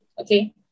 okay